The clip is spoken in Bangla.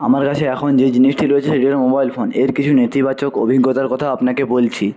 আমার কাছে এখন যে জিনিসটি রয়েছে সেটি হলো মোবাইল ফোন এর কিছু নেতিবাচক অভিজ্ঞতার কথা আপনাকে বলছি